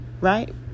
Right